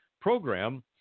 program